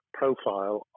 profile